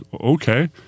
okay